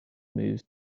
moves